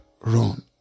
run